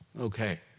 Okay